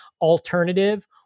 alternative